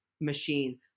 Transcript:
machine